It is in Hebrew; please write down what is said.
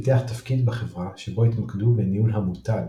פיתח תפקיד בחברה שבו יתמקדו בניהול המותג,